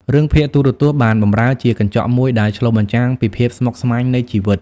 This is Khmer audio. រឿងភាគទូរទស្សន៍បានបម្រើជាកញ្ចក់មួយដែលឆ្លុះបញ្ចាំងពីភាពស្មុគស្មាញនៃជីវិត។